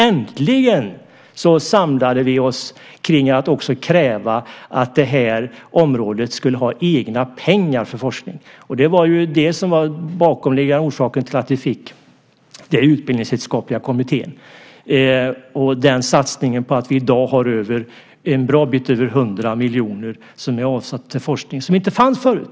Äntligen samlade vi oss kring att kräva att det här området skulle ha egna pengar för forskning. Det som låg bakom var Lärarutbildningskommittén. Denna satsning gjorde att vi i dag har en bra bit över 100 miljoner som är avsatta till forskning och som inte fanns förut.